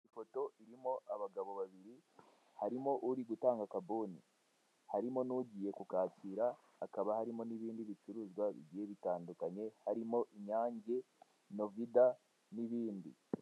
Ifoto irimo abagabo babiri harimo uri gutanga akabuni, harimo nugiye kukakira hakaba harimo nibindi bicuruzwa bigiye bitandukanye, harimo Inyange, Novida nibindi.